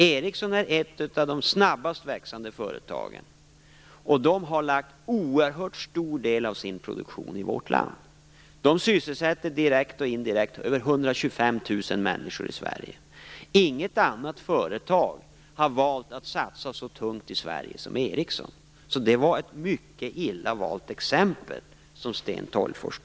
Ericsson är ett av de snabbast växande företagen, och man har lagt en oerhört stor del av sin produktion i vårt land. Man sysselsätter, direkt och indirekt, över 125 000 människor i Sverige. Inget annat företag har valt att satsa så tungt i Sverige som Ericsson. Det var alltså ett mycket illa valt exempel från Sten Tolgfors.